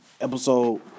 episode